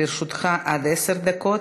לרשותך עד עשר דקות.